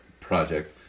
project